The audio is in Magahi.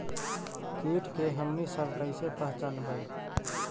किट के हमनी सब कईसे पहचनबई?